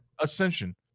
Ascension